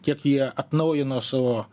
kiek jie atnaujino savo